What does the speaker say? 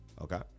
Okay